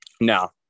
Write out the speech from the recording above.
now